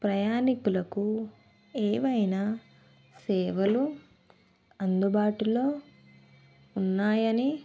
ప్రయాణీకులకు ఏమైనా సేవలు అందుబాటులో ఉన్నాయని